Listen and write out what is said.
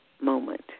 moment